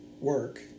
work